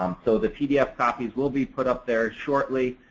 um so, the pdf copies will be put up there shortly.